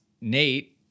Nate